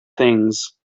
things